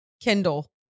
Kindle